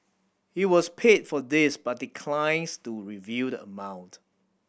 he was paid for this but declines to reveal the amount